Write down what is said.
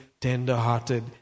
tender-hearted